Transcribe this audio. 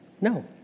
No